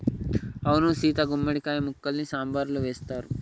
అవును సీత గుమ్మడి కాయ ముక్కల్ని సాంబారులో వేస్తారు